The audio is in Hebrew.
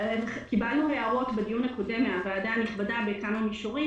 קיבלנו מן הוועדה הנכבדה הערות בכמה מישורים